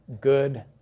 good